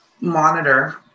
monitor